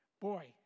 Boy